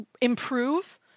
improve